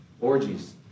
orgies